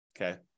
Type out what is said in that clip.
okay